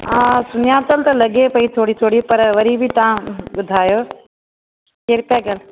हा सुञातल त लॻे पई थोरी थोरी पर वरी बि तव्हां ॿुधायो केरु था गा